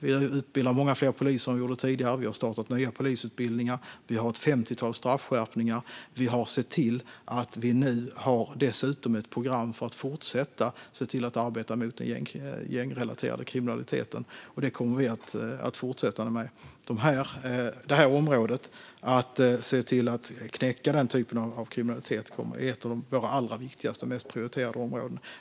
Det utbildas nu många fler poliser än tidigare, det har startats nya polisutbildningar och vi har infört ett femtiotal straffskärpningar. Vi har dessutom sett till att vi nu har ett program för att fortsätta arbeta mot den gängrelaterade kriminaliteten. Det här området, att knäcka den typen av kriminalitet, är ett av våra allra viktigaste och mest prioriterade områden.